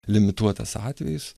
limituotas atvejis